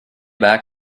back